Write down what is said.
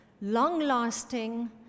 long-lasting